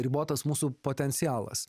ribotas mūsų potencialas